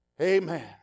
Amen